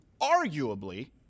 arguably –